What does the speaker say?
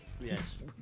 Yes